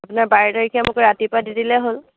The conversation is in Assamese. আপোনাৰ বাৰ তাৰিখে মোক ৰাতিপুৱা দি দিলেই হ'ল